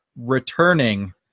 returning